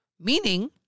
Meaning